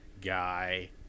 guy